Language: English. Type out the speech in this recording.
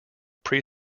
pre